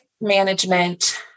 management